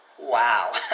wow